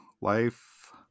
life